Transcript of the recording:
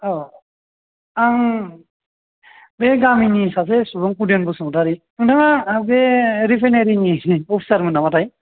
औ आं बे गामिनि सासे सुबुं उदेन बसुमतारि नोंथाङा बे रिफाइनारि अफिसारमोन नामाथाय